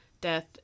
death